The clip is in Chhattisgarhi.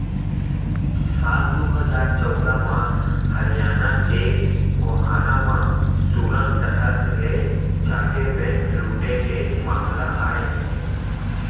साल दू हजार चौदह म हरियाना के गोहाना म सुरंग डाहर ले जाके बेंक लूटे के मामला आए रिहिस हे